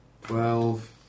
Twelve